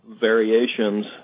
variations